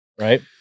Right